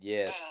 Yes